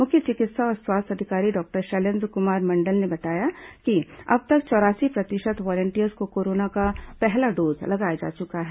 मुख्य चिकित्सा और स्वास्थ्य अधिकारी डॉक्टर शैलेन्द्र कुमार मंडल ने बताया कि अब तक चौरासी प्रतिशत वॉलेटियर्स को कोरोना का पहला डोज लगाया जा चुका है